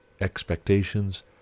expectations